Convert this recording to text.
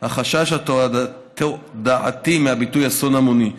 היא החשש התודעתי מהביטוי "אסון המוני".